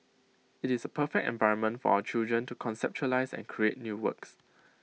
IT is A perfect environment for our children to conceptualise and create new works